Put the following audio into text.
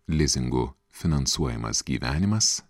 lizingu finansuojamas gyvenimas